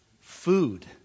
food